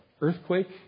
earthquake